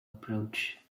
approach